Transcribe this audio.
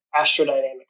astrodynamics